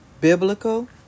biblical